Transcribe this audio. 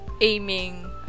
aiming